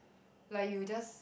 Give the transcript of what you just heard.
like you just